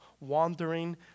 wandering